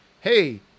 hey